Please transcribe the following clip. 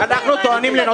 אנחנו הצבענו עליהן.